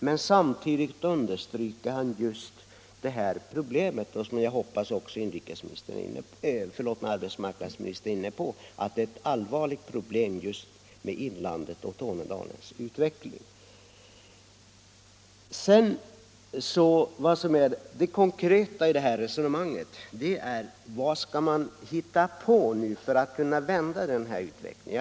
Men samtidigt underströk han att vi har ett allvarligt problem just när det gäller inlandet och Tornedalens utveckling, något som jag hoppas att också arbetsmarknadsministern är medveten om. Det konkreta i det här resonemanget är: Vad skall man hitta på för att kunna vända den utvecklingen?